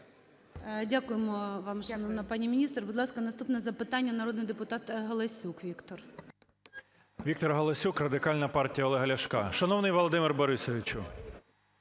Дякуємо вам, шановна пані міністр. Будь ласка, наступне запитання. Народний депутат Галасюк Віктор. 10:56:42 ГАЛАСЮК В.В. Віктор Галасюк, Радикальна партія Олега Ляшка. Шановний Володимире Борисовичу,